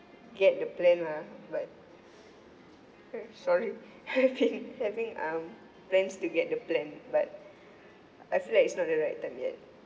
get the plan lah but eh sorry I've having um plans to get the plan but I feel like it's not the right time yet